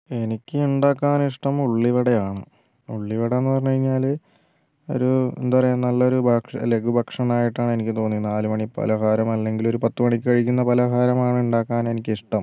എനിക്ക് ഉണ്ടാക്കാൻ ഇഷ്ടം ഉള്ളിവട ആണ് ഉള്ളിവട എന്നു പറഞ്ഞു കഴിഞ്ഞാല് ഒരു എന്താ പറയുക നല്ലൊരു ലഘുഭക്ഷണം ആയിട്ടാണ് എനിക്ക് തോന്നിയത് നാല് മണി പലഹാരം അല്ലെങ്കിൽ ഒരു പത്ത് മണിക്ക് കഴിക്കുന്ന പലഹാരം ആണ് ഉണ്ടാക്കാൻ ആണ് എനിക്ക് ഇഷ്ടം